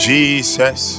Jesus